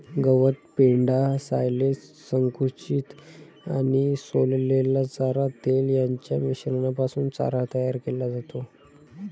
गवत, पेंढा, सायलेज, संकुचित आणि सोललेला चारा, तेल यांच्या मिश्रणापासून चारा तयार केला जातो